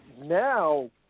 now